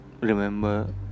remember